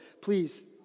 Please